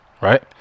Right